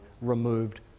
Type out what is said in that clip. removed